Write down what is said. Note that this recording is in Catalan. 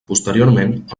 posteriorment